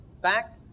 back